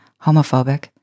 homophobic